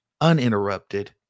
Uninterrupted